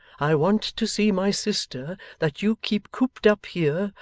i want to see my sister, that you keep cooped up here,